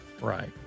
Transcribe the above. Right